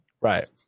right